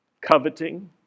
coveting